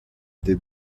des